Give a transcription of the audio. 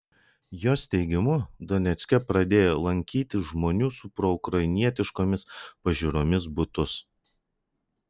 jos teigimu donecke pradėjo lankyti žmonių su proukrainietiškomis pažiūromis butus